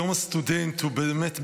יום הסטודנט הוא באמת,